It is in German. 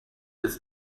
ist